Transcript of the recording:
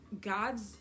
God's